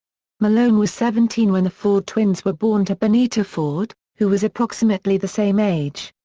malone was seventeen when the ford twins were born to bonita ford, who was approximately the same age.